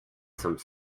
some